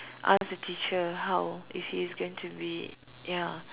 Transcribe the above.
ask the teacher how if he's going to be ya